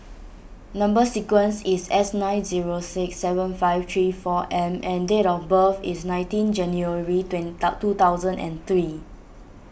Number Sequence is S nine zero six seven five three four M and date of birth is nineteen January twenty two thousand and three